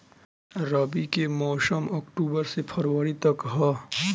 रबी के मौसम अक्टूबर से फ़रवरी तक ह